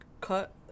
cut